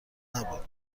نبود